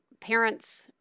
parents